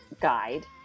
guide